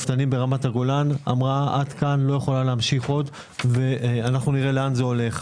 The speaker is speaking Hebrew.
היא אמרה עד כאן ולא יכולה להמשיך ונראה לאן זה הולך.